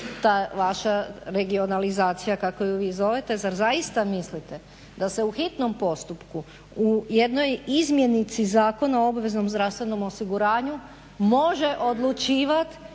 ta vaša regionalizacija kako je vi zovete zar zaista mislite da se u hitnom postupku u jednoj izmjenici Zakona o obaveznom zdravstvenom osiguranju može odlučivati